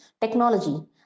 technology